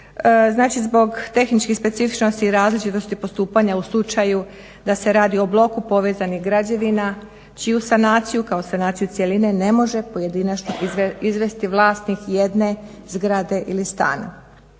Znači, zbog tehničkih specifičnosti i različitosti postupanja u slučaju da se radi o bloku povezanih građevina čiju sanaciju kao sanaciju cjeline ne može pojedinačno izvesti vlasnik jedne zgrade ili stana.